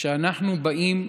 שאנחנו באים,